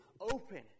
open